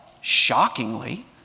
shockingly